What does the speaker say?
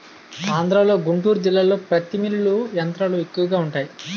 ఆంధ్రలో గుంటూరు జిల్లాలో పత్తి మిల్లులు యంత్రాలు ఎక్కువగా వుంటాయి